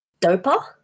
Dopa